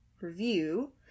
review